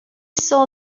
saw